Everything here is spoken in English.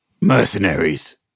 mercenaries